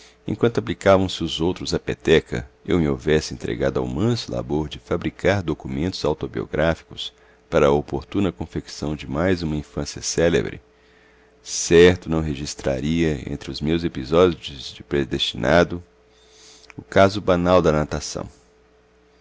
enquanto aplicavam se os outros à peteca eu me houvesse entregado ao manso labor de fabricar documentos autobiográficos para a oportuna confecção de mais uma infância célebre certo não registraria entre os meus episódios de predestinado o caso banal da natação